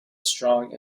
strong